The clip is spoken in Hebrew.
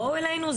בואו אלינו?